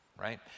right